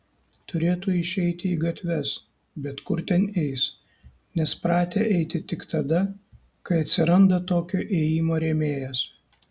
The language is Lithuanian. turėtų išeiti į gatves bet kur ten eis nes pratę eiti tik tada kai atsiranda tokio ėjimo rėmėjas